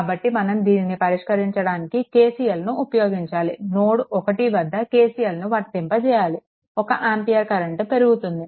కాబట్టి మనం దీనిని పరిష్కరించడానికి KCLను ఉపయోగించాలి నోడ్ 1 వద్ద KCLను వర్తింపజేయాలి 1 ఆంపియర్ కరెంట్ పెరుగుతుంది